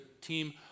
team